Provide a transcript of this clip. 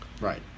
Right